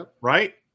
right